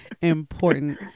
important